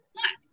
Look